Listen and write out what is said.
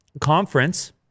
conference